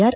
R